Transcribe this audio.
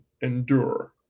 endure